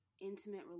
intimate